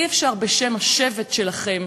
אי-אפשר, בשם השבט שלכם,